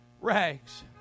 rags